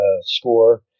score